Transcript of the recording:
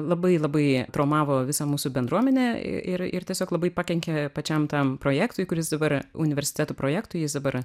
labai labai traumavo visą mūsų bendruomenę ir ir tiesiog labai pakenkė pačiam tam projektui kuris dabar universiteto projektu jis dabar